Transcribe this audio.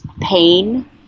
pain